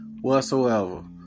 whatsoever